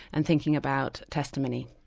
and thinking about testimony.